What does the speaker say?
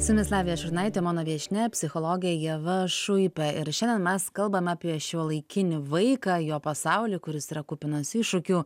su jumis lavija šurnaitė mano viešnia psichologė ieva šuipė ir šiandien mes kalbame apie šiuolaikinį vaiką jo pasaulį kuris yra kupinas iššūkių